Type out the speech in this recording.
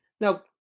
Now